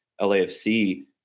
LAFC